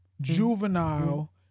Juvenile